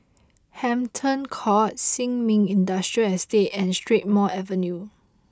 Hampton Court Sin Ming Industrial Estate and Strathmore Avenue